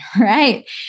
right